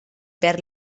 perd